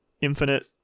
infinite